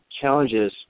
Challenges